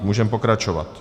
Můžeme pokračovat.